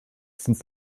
since